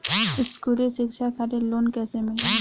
स्कूली शिक्षा खातिर लोन कैसे मिली?